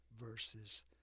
verses